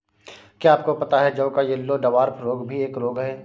क्या आपको पता है जौ का येल्लो डवार्फ रोग भी एक रोग है?